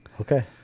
Okay